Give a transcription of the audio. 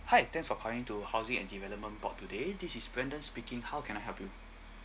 hi thanks for calling to housing and development board today this is brandon speaking how can I help you